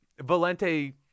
Valente